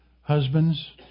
Husbands